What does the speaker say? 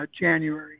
January